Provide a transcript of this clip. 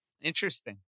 Interesting